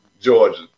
Georgia